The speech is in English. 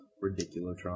Ridiculous